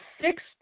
six